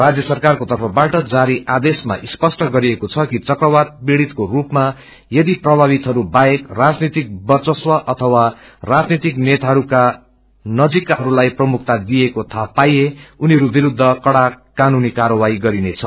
राज्यसरकारको तर्फबाट जारी आदेशमा स्पष्अ गरिएको छ कि चक्रवात पीड़ितको रूपमा यदि प्रभावितहरू बाहेक राजनीतिक वर्चस्व अथवा राजनीतिक नेताहरूका नजिककाहरूलाई प्रमुखता दिइएके थाहा पाए उनीहरू विरूद्ध कड़ा कानूनी कार्यवाही गरिनेछ